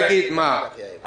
להגיד את מה שהוא אמור להגיד?